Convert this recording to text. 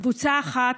קבוצה אחת,